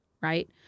right